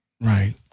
Right